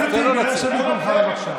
שב בשקט.